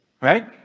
Right